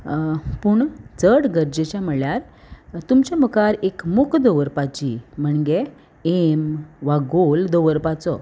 पूण चड गरजेचे म्हळ्यार तुमच्या मुखार एक मोख दवरपाची म्हणगे एम वा गोल दवरपाचो